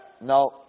No